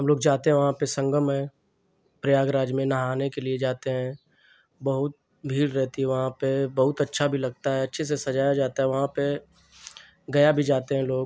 हम लोग जाते वहाँ पर संगम है प्रयागराज में नहाने के लिए जाते हैं बहुत भीड़ रहती है वहाँ पर बहुत अच्छा भी लगता है अच्छे से सजाया जाता है वहाँ पर गया भी जाते हैं लोग